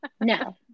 No